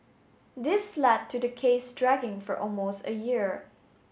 this led to the case dragging for almost a year